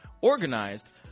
organized